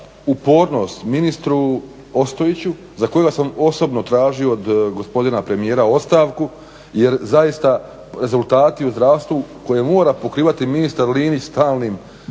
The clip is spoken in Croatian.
upornost ministru Ostojiću za kojega sam osobno tražio od gospodina premijera ostavku, jer zaista rezultati u zdravstvu koje mora pokrivati ministar Linić stalnim